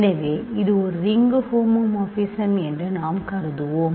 எனவே இது ஒரு ரிங்கு ஹோமோமார்பிசம் என்று நாம் கருதுவோம்